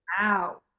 wow